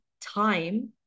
time